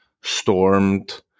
stormed